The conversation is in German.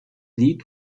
lied